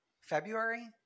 February